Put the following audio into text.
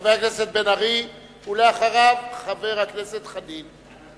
חבר הכנסת בן-ארי, ואחריו, חבר הכנסת חנין.